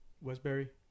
Westbury